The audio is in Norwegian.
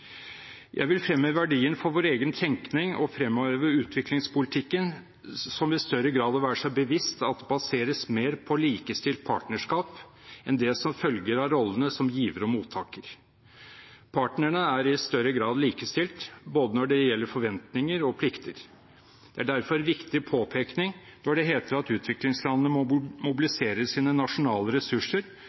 Jeg vil fremheve verdien for vår egen tenkning og for utviklingspolitikken av i større grad å være seg bevisst at den baseres mer på likestilt partnerskap enn det som følger av rollene som giver og mottaker. Partnerne er i større grad likestilt når det gjelder både forventninger og plikter. Det er derfor en viktig påpekning når det heter at utviklingslandene må mobilisere sine nasjonale ressurser